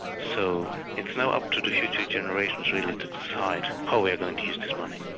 so it's now up to the future generations really to decide how they're going to use this money.